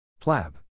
PLAB